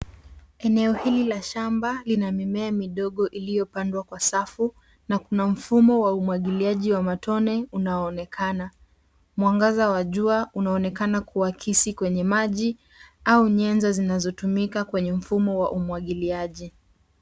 Eneo hili la shamba lina mimea midogo iliyopandwa kwa safu na kuna mfumo wa umwagiliaji wa matone unaoonekana. Mwangaza wa jua unaonekana kuakisi kwenye maji, au nyanza zinazotumika kwenye mfumo wa umwagiliaji.